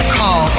call